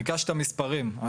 ביקשת מספרים?